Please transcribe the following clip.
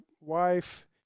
wife